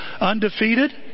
undefeated